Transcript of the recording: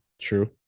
true